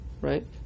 right